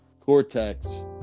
cortex